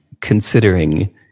considering